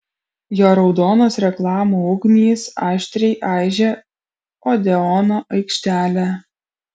jo raudonos reklamų ugnys aštriai aižė odeono aikštelę